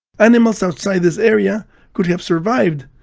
animals outside this area could have survived,